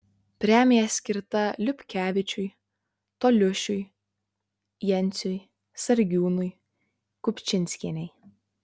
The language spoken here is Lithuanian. premija skirta liupkevičiui toliušiui jenciui sargiūnui kupčinskienei